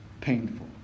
painful